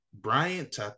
Bryant